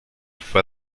fue